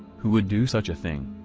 who would do such a thing?